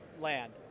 land